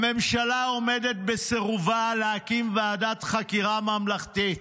הממשלה עומדת בסירובה להקים ועדת חקירה ממלכתית,